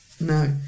No